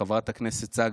חברת הכנסת צגה?